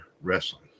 wrestling